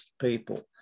people